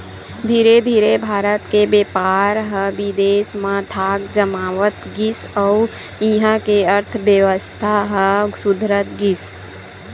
धीरे धीरे भारत के बेपार ह बिदेस म धाक जमावत गिस अउ इहां के अर्थबेवस्था ह सुधरत गिस